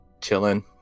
chilling